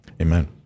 amen